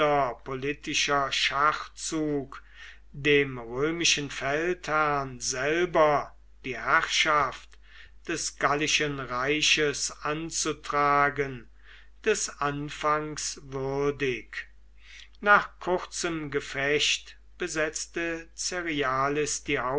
politischer schachzug dem römischen feldherrn selber die herrschaft des gallischen reiches anzutragen des anfangs würdig nach kurzem gefecht besetzte